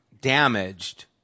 damaged